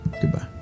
Goodbye